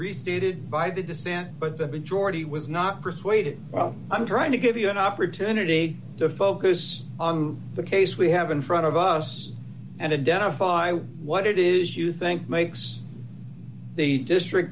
restated by the dissent but the majority was not persuaded well i'm trying to give you an opportunity to focus on the case we have in front of us and indemnify what it is you think makes the district